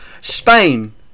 Spain